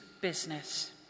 business